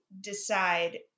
decide